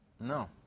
No